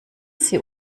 sie